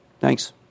Thanks